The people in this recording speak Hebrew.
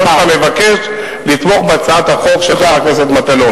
אני עוד פעם מבקש לתמוך בהצעת החוק של חבר הכנסת מטלון.